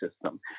system